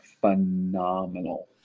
phenomenal